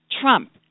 Trump